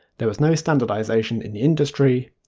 there was no standardization in the industry.